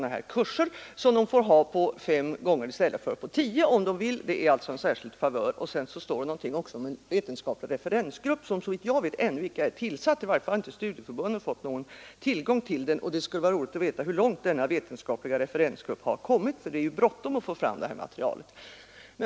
Om de vill kan de dela upp kurserna på fem gånger i stället för tio — det är alltså en särskild favör. Så står det också någonting om en vetenskaplig referensgrupp som, såvitt jag vet, ännu icke är tillsatt — studieförbunden har i varje fall inte fått tillgång till sådan information. Det skulle vara roligt att veta hur långt denna vetenskapliga referensgrupp har kommit, för det är ju bråttom med att få fram det här materialet.